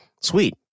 sweet